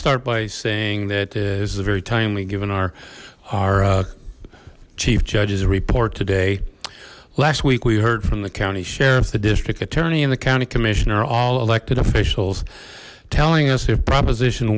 start by saying that this is a very timely given our our chief judge's report today last week we heard from the county sheriff the district attorney and the county commission are all elected officials telling us if proposition